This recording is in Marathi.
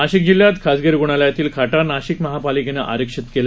नाशिक जिल्ह्यात खासगी रुग्णलयातील खाटा नाशिक महापालिकेनं आरक्षित केल्या